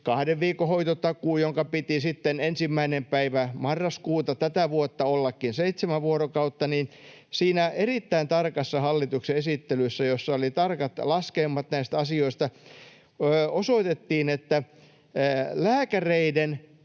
kahden viikon hoitotakuu, jonka piti sitten 1. päivä marraskuuta tätä vuotta ollakin seitsemän vuorokautta, niin siinä erittäin tarkassa hallituksen esittelyssä, jossa oli tarkat laskelmat näistä asioista, osoitettiin, että lääkäreiden